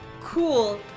Cool